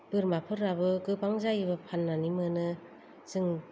बोरमाफोराबो गोबां जायो फान्नानै मोनो जों